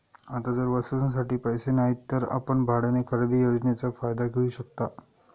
आता जर वस्तूंसाठी पैसे नाहीत तर आपण भाड्याने खरेदी योजनेचा फायदा घेऊ शकता